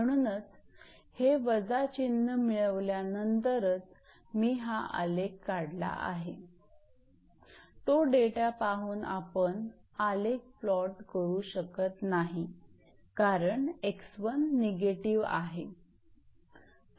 म्हणूनच हे वजा चिन्ह मिळवल्यानंतरच मी हा आलेख काढला आहे तो डेटा पाहून आपण आलेख प्लॉट करू शकत नाही कारण 𝑥1 निगेटिव्ह आहे